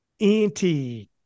anti